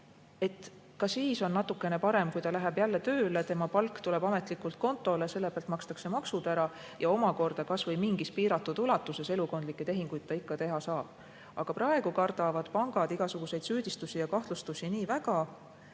siis oleks natukene parem, kui ta läheks jälle tööle, tema palk tuleks ametlikult kontole, selle pealt makstaks maksud ja mingis piiratud ulatuses elukondlikke tehinguid ta ikka saaks teha. Aga praegu kardavad pangad igasuguseid süüdistusi ja kahtlustusi nii väga,